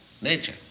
nature